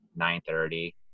9.30